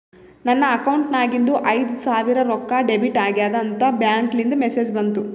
ನನ್ ಅಕೌಂಟ್ ನಾಗಿಂದು ಐಯ್ದ ಸಾವಿರ್ ರೊಕ್ಕಾ ಡೆಬಿಟ್ ಆಗ್ಯಾದ್ ಅಂತ್ ಬ್ಯಾಂಕ್ಲಿಂದ್ ಮೆಸೇಜ್ ಬಂತು